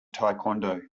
taekwondo